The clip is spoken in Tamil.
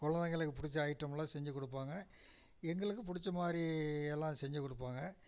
கொழந்தைங்களுக்கு புடிச்ச ஐட்டமெலாம் செஞ்சுக் கொடுப்பாங்க எங்களுக்கு புடிச்ச மாதிரி எல்லாம் செஞ்சுக் கொடுப்பாங்க